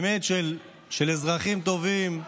באמת אזרחים טובים מאעבלין,